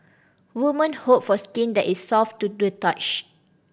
woman hope for skin that is soft to the touch